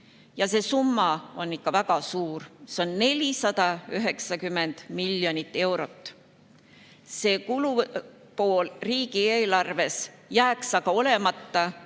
Ja see summa on ikka väga suur, see on 490 miljonit eurot. See kulupool riigieelarves jääks aga olemata,